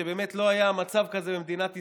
שבאמת לא היה מצב כזה במדינת ישראל,